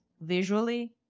visually